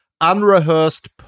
unrehearsed